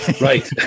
Right